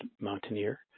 mountaineer